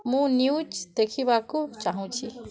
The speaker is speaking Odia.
ମୁଁ ନ୍ୟୁଜ୍ ଦେଖିବାକୁ ଚାହୁଁଛି